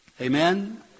Amen